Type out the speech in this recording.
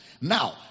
Now